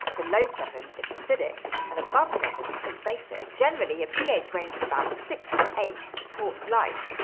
below seven is acidic and above seven is basic. generally, a ph range of about six to eight supports life.